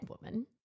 woman